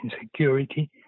insecurity